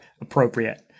appropriate